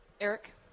Eric